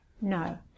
No